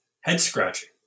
head-scratching